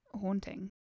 haunting